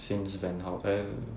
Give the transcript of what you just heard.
since then how